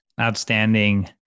Outstanding